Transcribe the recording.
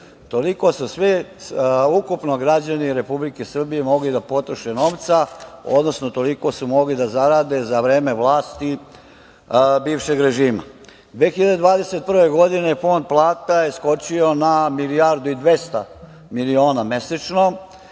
Toliko su svi ukupno građani Republike Srbije mogli da potroše novca, odnosno toliko su mogli da zarade za vreme vlasti bivšeg režima. Godine 2021. fond plata je skočio na 1.200.000.000 miliona mesečno,